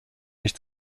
nicht